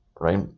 right